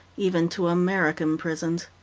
even to american prisons?